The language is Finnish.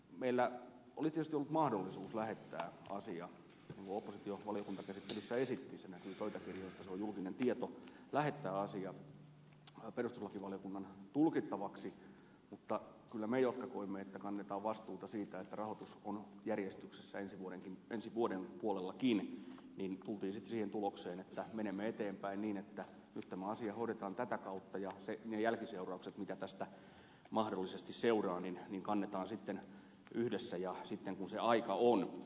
meillä olisi tietysti ollut mahdollisuus lähettää asia niin kuin oppositio valiokuntakäsittelyssä esitti se näkyy pöytäkirjoista se on julkinen tieto perustuslakivaliokunnan tulkittavaksi mutta kyllä me jotka koimme että kannetaan vastuuta siitä että rahoitus on järjestyksessä ensi vuoden puolellakin tulimme sitten siihen tulokseen että menemme eteenpäin niin että nyt tämä asia hoidetaan tätä kautta ja ne jälkiseuraukset mitä tästä mahdollisesti seuraa kannetaan yhdessä sitten kun sen aika on